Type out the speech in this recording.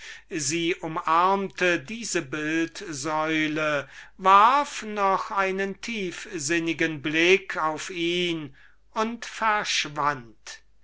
psyche umarmte diese bildsäule warf noch einen tiefsinnigen blick auf ihn und verschwand